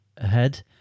ahead